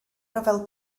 ryfel